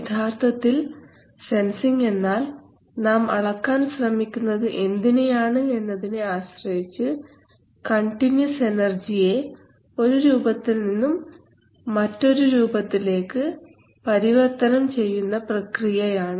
യഥാർത്ഥത്തിൽ സെൻസിംഗ് എന്നാൽ നാം അളക്കാൻ ശ്രമിക്കുന്നത് എന്തിനെയാണ് എന്നതിനെ ആശ്രയിച്ച് കണ്ടിന്യൂസ് എനർജിയെ ഒരു രൂപത്തിൽ നിന്നും മറ്റൊരു രൂപത്തിലേക്ക് പരിവർത്തനം ചെയ്യുന്ന പ്രക്രിയയാണ്